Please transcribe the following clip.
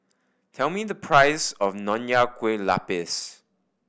tell me the price of Nonya Kueh Lapis